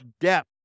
depth